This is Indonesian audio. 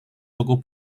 toko